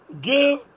give